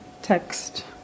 text